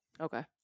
Okay